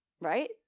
right